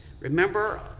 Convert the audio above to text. Remember